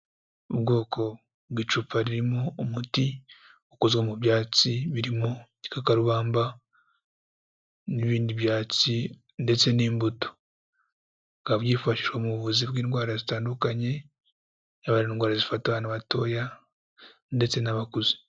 Ubwoko bw'icupa ririmo umuti, ukozwe mu byatsi birimo igikakarubamba n'ibindi byatsi ndetse n'imbuto. Bikaba byifashishwa mu buvuzi bw'indwara zitandukanye, yaba ari indwara zifata abantu batoya ndetse n'abakuze.